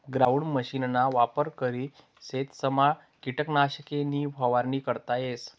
ground मशीनना वापर करी शेतसमा किटकनाशके नी फवारणी करता येस